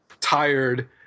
tired